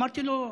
אמרתי לו: